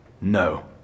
No